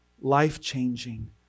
Life-changing